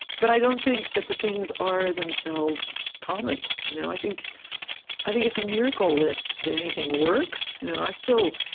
but i don't think that the things are, themselves, common. you know i think i think it's a miracle that that anything works. you know i still